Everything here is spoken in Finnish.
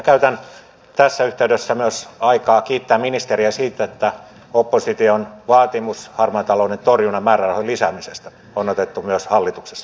käytän tässä yhteydessä myös aikaa kiittääkseni ministeriä siitä että opposition vaatimus harmaan talouden torjunnan määrärahojen lisäämisestä on otettu myös hallituksessa huomioon